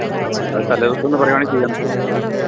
അത് തലേദിവസം ഒന്ന് പറയുകയാണെങ്കില് ചെയ്യാന് പറ്റും